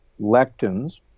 lectins